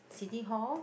City Hall